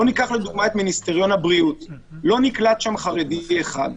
ניקח לדוגמה את משרד הבריאות לא נקלט שם חרדי אחד.